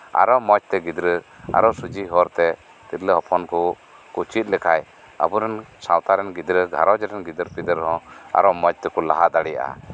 ᱟᱨᱚ ᱢᱚᱡᱽᱛᱮ ᱜᱤᱫᱽᱨᱟᱹ ᱟᱨᱚ ᱥᱚᱡᱷᱮ ᱦᱚᱨᱛᱮ ᱛᱤᱨᱞᱟᱹ ᱦᱚᱯᱚᱱ ᱠᱚ ᱪᱮᱫ ᱞᱮᱠᱷᱟᱡ ᱟᱵᱚ ᱥᱟᱶᱛᱟ ᱨᱮᱱ ᱜᱷᱟᱨᱚᱸᱡᱽ ᱨᱮᱱ ᱜᱤᱫᱽᱨᱟᱹ ᱯᱤᱫᱽᱨᱟᱹ ᱟᱨᱚ ᱢᱚᱡᱽ ᱛᱮᱠᱚ ᱞᱟᱦᱟ ᱫᱟᱲᱮᱭᱟᱜᱼᱟ